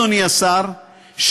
אדוני השר,